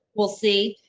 we'll see,